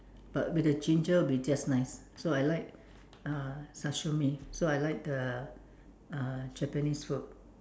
but with the ginger it will be just nice so I like uh sashimi so I like the uh Japanese food